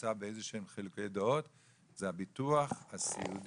שנמצא באיזה שהם חילוקי דעות זה הביטוח הסיעודי